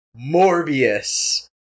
Morbius